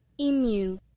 Emu